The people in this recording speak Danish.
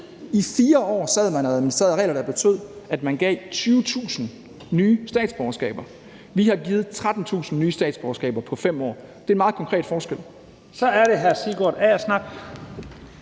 I 4 år sad man og administrerede regler, der betød, at man gav 20.000 nye statsborgerskaber. Vi har givet 13.000 nye statsborgerskaber på 5 år. Det er en meget konkret forskel. Kl. 10:27 Første